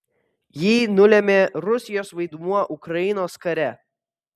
jį nulėmė rusijos vaidmuo ukrainos kare